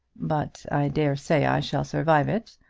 but i dare say i shall survive it.